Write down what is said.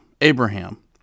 Abraham